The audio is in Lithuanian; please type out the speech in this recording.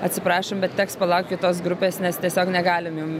atsiprašom bet teks palaukt kitos grupės nes tiesiog negalim jum